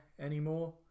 anymore